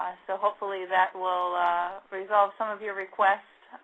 so hopefully that will resolve some of your requests.